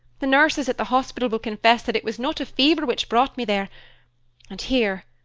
the nurses at the hospital will confess that it was not a fever which brought me there and here,